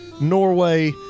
Norway